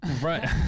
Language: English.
Right